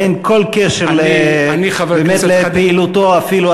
אין כל קשר באמת לפעילותו אפילו,